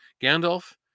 Gandalf